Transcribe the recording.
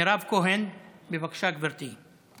מירב כהן, בבקשה, גברתי.